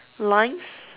lines